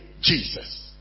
Jesus